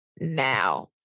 now